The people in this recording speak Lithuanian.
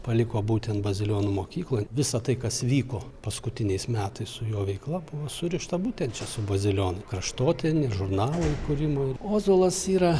paliko būtent bazilionų mokyklai visa tai kas vyko paskutiniais metais su jo veikla buvo surišta būtent čia su bazilio kraštotyrinė žurnalo įkūrimo ir ozolas yra